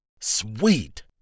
Sweet